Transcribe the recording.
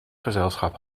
gezelschap